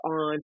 on